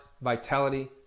vitality